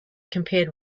compared